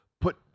put –